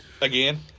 Again